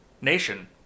nation